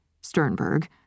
Sternberg